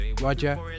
Roger